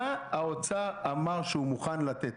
מה האוצר אמר שהוא מוכן לתת?